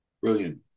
Brilliant